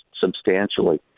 substantially